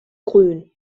grün